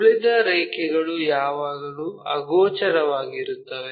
ಉಳಿದ ರೇಖೆಗಳು ಯಾವಾಗಲೂ ಅಗೋಚರವಾಗಿರುತ್ತವೆ